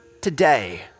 today